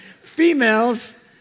Females